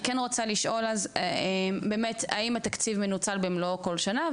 אני כן רוצה לשאול אז באמת האם התקציב מנוצל במלואו בכל שנה,